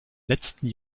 letzten